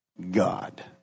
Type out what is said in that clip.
God